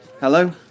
Hello